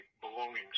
belongings